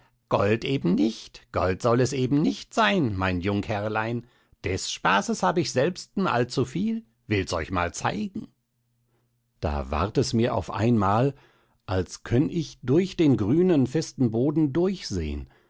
gold eben nicht gold soll es eben nicht sein mein jungherrlein des spaßes hab ich selbsten allzuviel will's euch mal zeigen da ward es mir auf einmal als könn ich durch den grünen festen boden durchsehn